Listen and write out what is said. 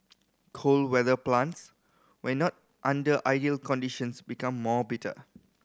cold weather plants when not under ideal conditions become more bitter